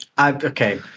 okay